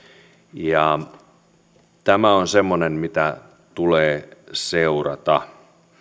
tämä on semmoinen mitä tulee seurata